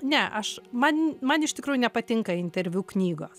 ne aš man man iš tikrųjų nepatinka interviu knygos